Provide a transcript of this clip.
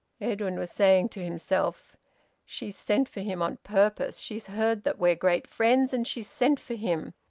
edwin was saying to himself she's sent for him on purpose. she's heard that we're great friends, and she's sent for him!